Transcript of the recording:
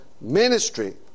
ministry